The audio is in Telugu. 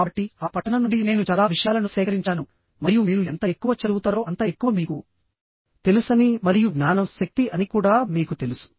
కాబట్టిఆ పఠనం నుండి నేను చాలా విషయాలను సేకరించాను మరియు మీరు ఎంత ఎక్కువ చదువుతారో అంత ఎక్కువ మీకు తెలుసని మరియు జ్ఞానం శక్తి అని కూడా మీకు తెలుసు